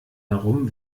herum